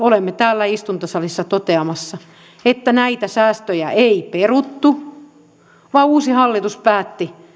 olemme täällä istuntosalissa toteamassa että näitä säästöjä ei peruttu vaan uusi hallitus päätti